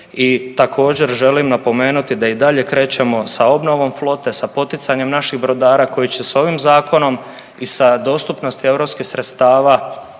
I također želim napomenuti da i dalje krećemo sa obnovom flote, sa poticanjem naših brodara koji će s ovim zakonom i sa dostupnosti europskih sredstava